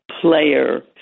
player